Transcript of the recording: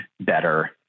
better